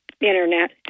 internet